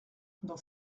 dans